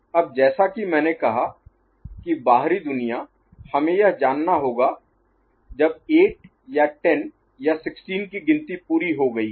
अब जैसा कि मैंने कहा कि बाहरी दुनिया हमें यह जानना होगा जब 8 या 10 या 16 की गिनती पूरी हो गई है